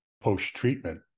post-treatment